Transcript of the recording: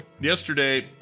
yesterday